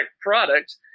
product